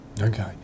Okay